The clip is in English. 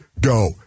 go